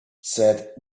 said